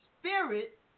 spirit